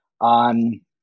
on